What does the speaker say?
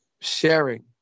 sharing